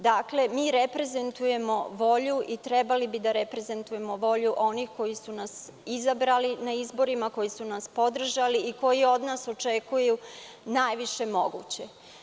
Dakle reprezentujemo volju, trebali bi da reprezentujemo volju onih koji su nas izabrali na izborima, koji su nas podržali i koji od nas očekuju najviše moguće.